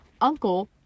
uncle